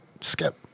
Skip